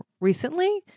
recently